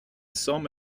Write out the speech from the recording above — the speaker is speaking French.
somme